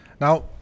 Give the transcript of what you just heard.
Now